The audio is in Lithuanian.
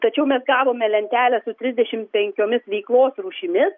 tačiau mes gavome lentelę su trisdešim penkiomis veiklos rūšimis